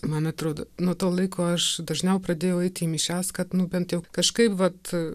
man atrodo nuo to laiko aš dažniau pradėjau eiti į mišias kad nu bent jau kažkaip vat